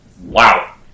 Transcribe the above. Wow